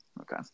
Okay